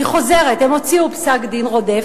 אני חוזרת, הם הוציאו פסק דין רודף.